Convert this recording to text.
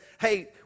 hey